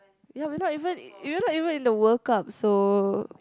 ya we not even in we're not even in the World Cup so